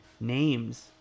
names